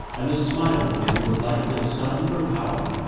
and the smile of him was like the sun for power.